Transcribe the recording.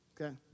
Okay